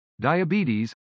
diabetes